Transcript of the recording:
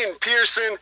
Pearson